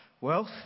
Wealth